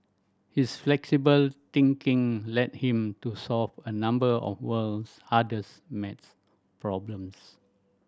his flexible thinking led him to solve a number of world's hardest maths problems